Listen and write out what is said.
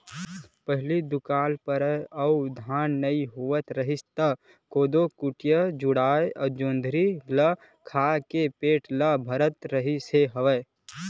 पहिली दुकाल परय अउ धान नइ होवत रिहिस त कोदो, कुटकी, जुवाड़, जोंधरी ल खा के पेट ल भरत रिहिस हवय